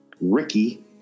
Ricky